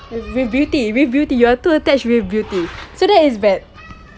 with beauty with beauty they are too attached with beauty so that is bad